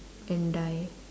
and die